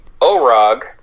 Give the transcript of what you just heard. Orog